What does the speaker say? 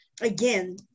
again